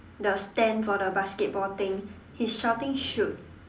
the stand for the basketball thing he's shouting shoot